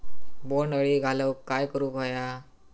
बोंड अळी घालवूक काय करू व्हया?